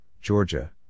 Georgia